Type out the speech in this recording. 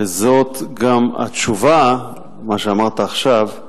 וזאת גם התשובה, מה שאמרת עכשיו,